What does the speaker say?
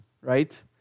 right